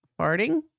farting